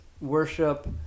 worship